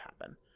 happen